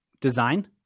design